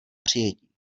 přijetí